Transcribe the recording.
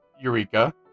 Eureka